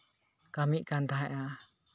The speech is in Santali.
ᱠᱟᱹᱢᱤᱜ ᱠᱟᱱ ᱛᱟᱦᱮᱸᱜᱼᱟ